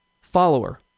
follower